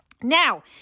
Now